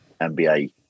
NBA